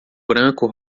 branco